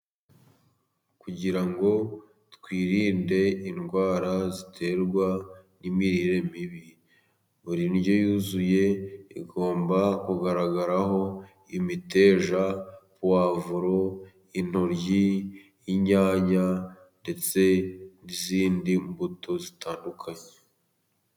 Kugira ngo twirinde indwara ziterwa n'imirire mibi, buri ndyo yuzuye igomba kugaragaraho imiteja, pavuro, intoyi, inyanya ndetse n'izindi mbuto zitandukanye.